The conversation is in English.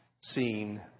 seen